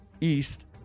east